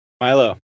Milo